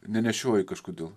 nenešioju kažkodėl